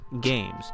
games